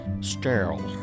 sterile